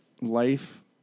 Life